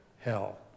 hell